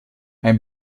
ein